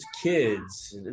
kids